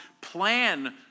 plan